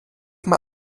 mal